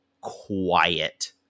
quiet